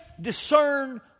discern